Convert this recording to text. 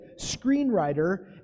screenwriter